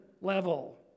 level